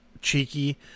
cheeky